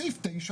סעיף 9,